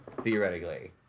theoretically